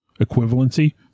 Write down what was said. equivalency